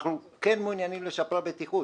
אנחנו כן מעוניינים לשפר בטיחות,